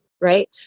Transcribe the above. right